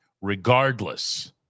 regardless